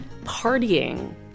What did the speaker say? partying